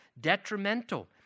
detrimental